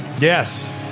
Yes